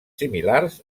similars